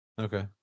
okay